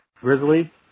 Grizzly